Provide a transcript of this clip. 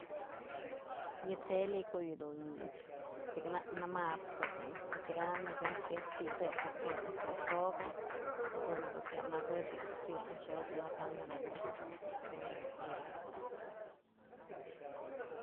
Yë tele ko'o yë dun pikanak nëmab ko'o dun odyëkam nëkuenta jyaj si'idëp ko'o kyë naj kya xokë jadun jedu kya mat'sëp y ko'o kyë naj xokë mat'sanëp jedun y jadunt's odyëkam yaj toyëkëp.